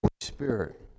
Spirit